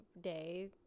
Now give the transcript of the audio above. day